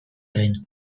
egin